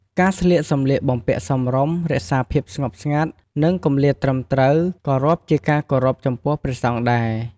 ការស្លៀកសំលៀកបំពាក់សមរម្យ រក្សាភាពស្ងប់ស្ងាត់ និងគម្លាតត្រឹមត្រូវ ក៏រាប់ជាការគោរពចំពោះព្រះសង្ឃដែរ។